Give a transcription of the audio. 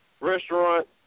Restaurant